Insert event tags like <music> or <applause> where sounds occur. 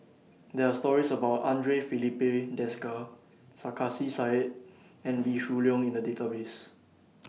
There Are stories about Andre Filipe Desker Sarkasi Said and Wee Shoo Leong in The Database <noise>